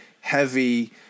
heavy